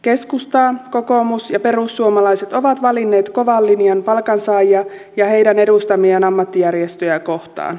keskusta kokoomus ja perussuomalaiset ovat valinneet kovan linjan palkansaajia ja heitä edustavia ammattijärjestöjä kohtaan